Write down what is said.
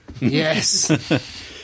Yes